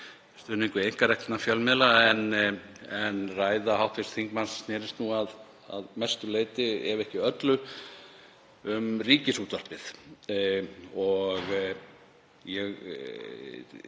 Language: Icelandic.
stuðning við einkarekna fjölmiðla en ræða hv. þingmanns snerist að mestu leyti ef ekki öllu um Ríkisútvarpið, og ég